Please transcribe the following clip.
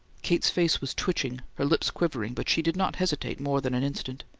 kate's face was twitching, her lips quivering, but she did not hesitate more than an instant.